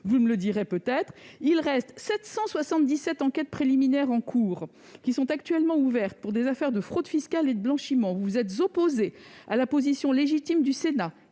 Vous me le direz peut-être. Il reste 777 enquêtes préliminaires actuellement ouvertes pour des affaires de fraude fiscale et de blanchiment. Vous vous êtes opposé à la position légitime du Sénat,